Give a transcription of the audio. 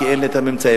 כי אין לי הממצאים.